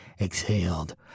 exhaled